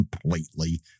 completely